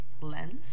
lens